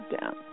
down